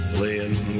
Playing